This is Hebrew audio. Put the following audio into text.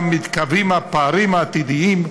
גם מתקבעים הפערים העתידיים,